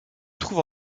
trouve